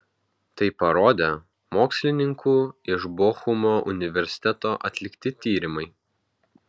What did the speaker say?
tai parodė mokslininkų iš bochumo universiteto atlikti tyrimai